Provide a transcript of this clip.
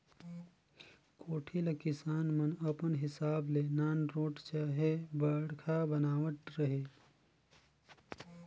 कोठी ल किसान मन अपन हिसाब ले नानरोट चहे बड़खा बनावत रहिन